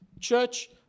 Church